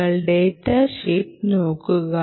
നിങ്ങൾ data sheet നോക്കുക